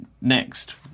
next